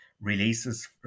releases